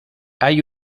hay